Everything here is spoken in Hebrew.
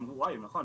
'וואי נכון,